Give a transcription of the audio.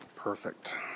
Perfect